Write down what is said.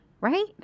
right